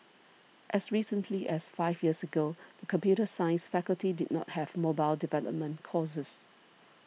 as recently as five years ago the computer science faculty did not have mobile development courses